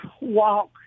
walk